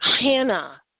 Hannah